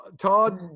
Todd